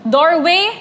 Doorway